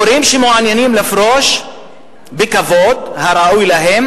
מורים שמעוניינים לפרוש בכבוד הראוי להם